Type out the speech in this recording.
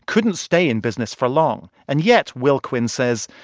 couldn't stay in business for long. and yet, will quinn says,